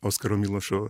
oskaro milošo